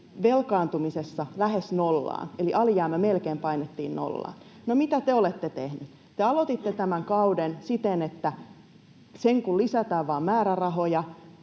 velkaantumisessa lähes nollaan, eli alijäämä melkein painettiin nollaan. No, mitä te olette tehneet? Te aloititte tämän kauden siten, että sen kun lisätään vain määrärahoja.